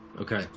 Okay